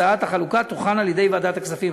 הצעת החלוקה תוכן על-ידי ועדת הכספים.